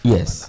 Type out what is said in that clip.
Yes